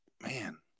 man